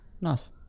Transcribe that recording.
nice